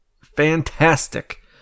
Fantastic